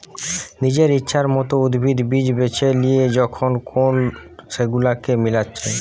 নিজের ইচ্ছের মত উদ্ভিদ, বীজ বেছে লিয়ে যখন লোক সেগুলাকে মিলাচ্ছে